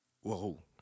Whoa